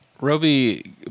Roby